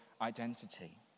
identity